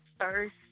first